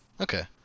Okay